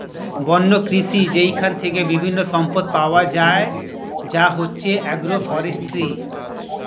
বন্য কৃষি যেইখান থেকে বিভিন্ন সম্পদ পাওয়া যায় যা হচ্ছে এগ্রো ফরেষ্ট্রী